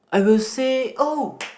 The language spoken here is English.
I will say oh